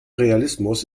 realismus